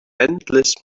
endless